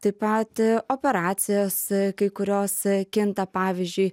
taip pat operacijos kai kurios kinta pavyzdžiui